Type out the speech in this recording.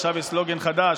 עכשיו יש סלוגן חדש,